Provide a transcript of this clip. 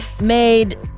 made